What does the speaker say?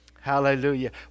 Hallelujah